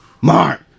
Mark